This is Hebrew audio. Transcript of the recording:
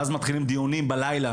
ואז מתחילים דיונים בלילה,